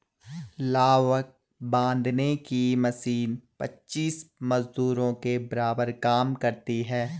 लावक बांधने की मशीन पच्चीस मजदूरों के बराबर काम करती है